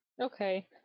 Okay